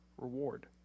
reward